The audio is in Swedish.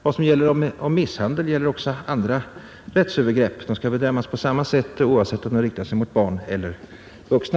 Vad som gäller om misshandel gäller också om andra rättsövergrepp. De skall bedömas på samma sätt oavsett om de riktar sig mot barn eller vuxna.